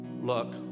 Look